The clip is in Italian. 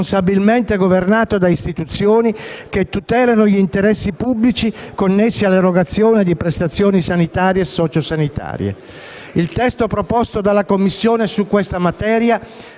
Il testo proposto dalla Commissione su questa materia